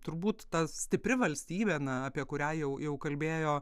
turbūt ta stipri valstybė na apie kurią jau jau kalbėjo